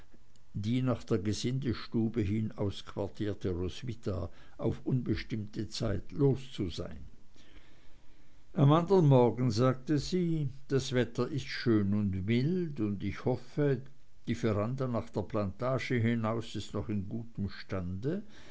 die nach der gesindestube hin ausquartierte roswitha auf unbestimmte zeit los zu sein am anderen morgen sagte sie das wetter ist schön und mild und ich hoffe die veranda nach der plantage hinaus ist noch in gutem stande